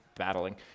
battling